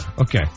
Okay